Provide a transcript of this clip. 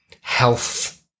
health